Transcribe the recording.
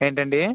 ఏంటండి